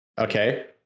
Okay